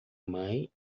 mãe